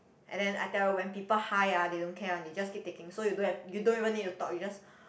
and then I tell you when people high ah they don't care one they just keep taking so you don't you don't even need to talk you just